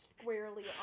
squarely